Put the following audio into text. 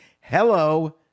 hello